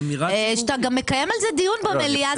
כשאתה מקיים על זה דיון במליאה,